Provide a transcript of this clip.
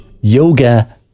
Yoga